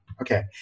okay